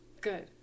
good